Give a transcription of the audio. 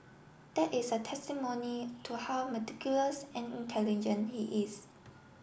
that is a testimony to how meticulous and intelligent he is